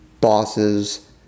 bosses